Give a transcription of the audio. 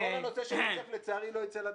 כל הנושא שעומד לפנינו לצערי לא ייצא אל הפועל.